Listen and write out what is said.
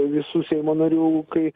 visų seimo narių kai